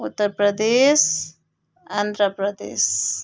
Uttar Pradesh Andhra Pradesh